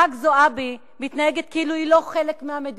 חברת הכנסת זועבי מתנהגת כאילו היא לא חלק מהמדינה.